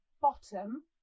bottom